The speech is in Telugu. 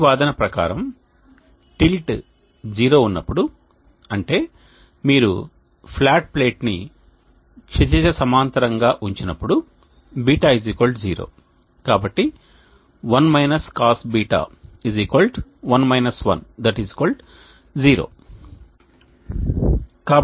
ఈ వాదన ప్రకారం టిల్ట్ 0 ఉన్నప్పుడు అంటే మీరు ఫ్లాట్ ప్లేట్ను క్షితిజ సమాంతరంగా ఉంచినప్పుడు బీటా 0 కాబట్టి 1 Cosβ 1 1 0